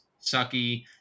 sucky